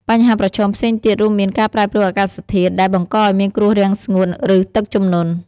បញ្ហាប្រឈមផ្សេងទៀតរួមមានការប្រែប្រួលអាកាសធាតុដែលបង្កឱ្យមានគ្រោះរាំងស្ងួត ឬទឹកជំនន់។